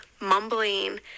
mumbling